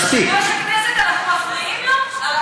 לא, באמת.